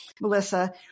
Melissa